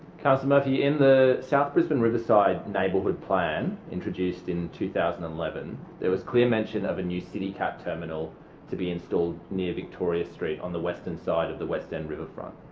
councillor murphy in the south brisbane riverside neighbourhood plan introduced in two thousand and eleven there was clear mention of a new citycat terminal to be installed near victoria street on the western side of the west end riverfront.